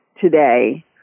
today